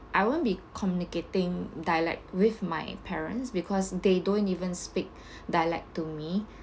I won't be communicating dialect with my parents because they don't even speak dialect to me